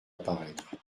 apparaître